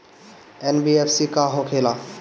NBFC का होंखे ला?